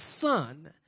son